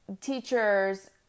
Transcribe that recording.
teachers